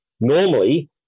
normally